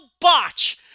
botch